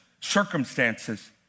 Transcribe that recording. circumstances